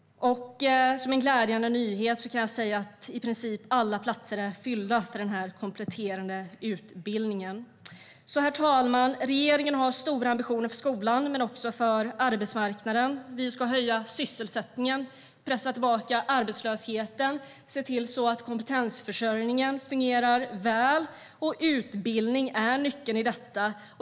Som en glädjande nyhet kan jag säga att i princip alla platser är fyllda för den kompletterande utbildningen. Herr talman! Regeringen har stora ambitioner för skolan men också för arbetsmarknaden. Vi ska höja sysselsättningen, pressa tillbaka arbetslösheten och se till att kompetensförsörjningen fungerar väl. Utbildning är nyckeln till detta.